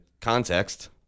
context